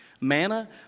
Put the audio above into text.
manna